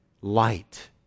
light